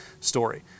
story